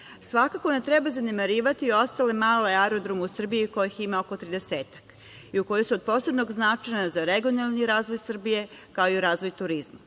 evra. Svakako ne treba zanemarivati ostale male aerodrome u Srbiji, kojih ima oko 30-ak, i koji su od posebnog značaja za regionalni razvoj Srbije, kao i u razvoj turizma.